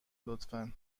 لطفا